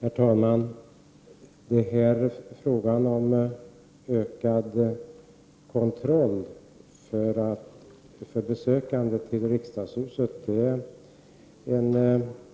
Herr talman! Frågan om ökad kontroll för besökande i riksdagshuset är